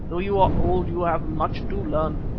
though you are old, you have much to learn.